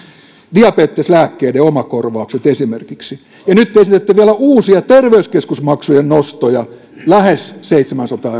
diabeteslääkkeiden omakorvaukset esimerkiksi ja nyt te esitätte vielä uusia terveyskeskusmaksujen nostoja lähes seitsemänsataa